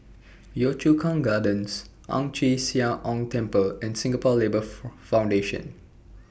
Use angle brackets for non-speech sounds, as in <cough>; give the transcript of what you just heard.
Yio Chu Kang Gardens Ang Chee Sia Ong Temple and Singapore Labour <hesitation> Foundation